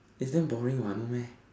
it's damn boring what no meh